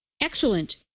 Excellent